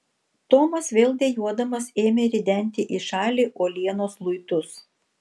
tomas vėl dejuodamas ėmė ridenti į šalį uolienos luitus